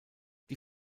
die